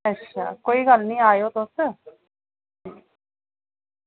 अच्छा कोई गल्ल निं आयो तुस